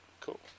cool